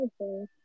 Okay